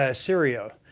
ah syrio.